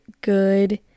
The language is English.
good